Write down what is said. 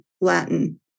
Latin